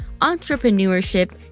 entrepreneurship